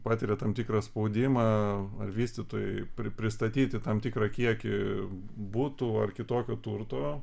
patiria tam tikrą spaudimą ar vystytojai pri pristatyti tam tikrą kiekį butų ar kitokio turto